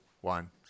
one